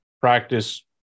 practice